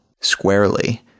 squarely